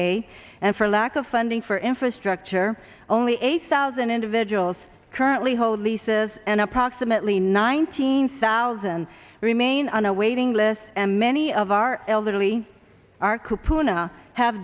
a and for lack of funding for infrastructure only eight thousand individuals currently hold leases and approximately nineteen thousand remain on a waiting list and many of our elderly are